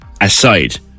aside